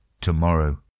tomorrow